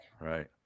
Right